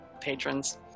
patrons